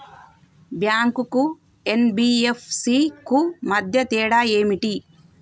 Bank కు NBFC కు మధ్య తేడా ఏమిటి?